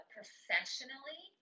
Professionally